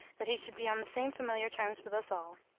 that he should be on the same familiar terms with us all.